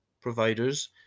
providers